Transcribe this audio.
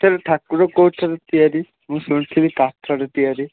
ସେଠାରେ ଠାକୁର କେଉଁଥିରେ ତିଆରି ମୁଁ ଶୁଣିଥିଲି କାଠରେ ତିଆରି